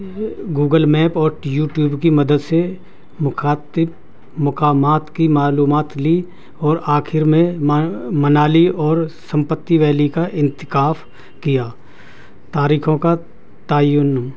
Google map اور YouTube کی مدد سے مخاطب مقامات کی معلومات لی اور آخر میں منالی اور سمپتی ویلی کا انتخاب کیا تاریخوں کا تعین